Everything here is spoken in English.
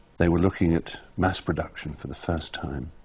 they were looking at mass production for the first time.